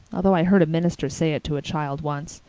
although i heard a minister say it to a child once.